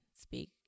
speak